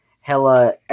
Hella